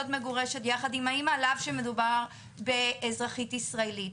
מגורשת ביחד עם האמא על אף שמדובר באזרחית ישראלית.